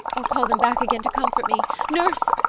i'll call them back again to comfort me nurse